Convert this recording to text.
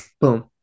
boom